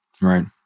Right